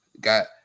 got